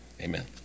Amen